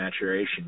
maturation